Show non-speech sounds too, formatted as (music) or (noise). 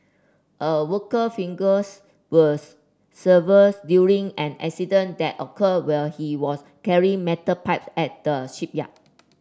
a worker fingers were (unintelligible) severs during an incident that occurred while he was carrying metal pipe at the shipyard